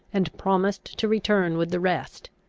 and promised to return with the rest.